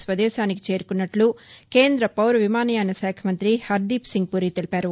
స్వదేశానికి చేరుకున్నట్ల కేంద్ర పౌర విమానయాన శాఖ మంతి హర్దీప్ సింగ్పూరి తెలిపారు